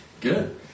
Good